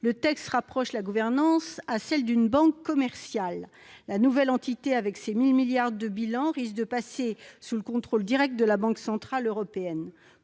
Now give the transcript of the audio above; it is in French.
le texte rapproche la gouvernance de celle d'une banque commerciale. La nouvelle entité, avec ses 1 000 milliards d'euros de bilan, risque de passer sous le contrôle direct de la Banque centrale européenne.